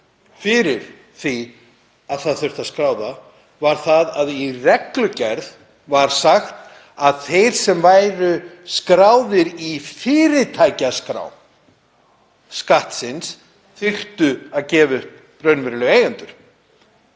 fyrir því að það þurfti að skrá þau var að í reglugerð var sagt að þeir sem væru skráðir í fyrirtækjaskrá Skattsins þyrftu að gefa upp raunverulega eigendur.